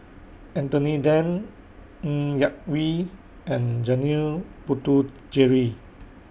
Anthony Then Ng Yak Whee and Janil Puthucheary